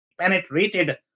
penetrated